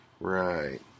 Right